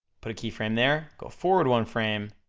put a keyframe there, go forward one frame,